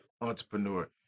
entrepreneur